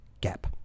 gap